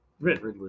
Ridley